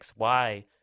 xy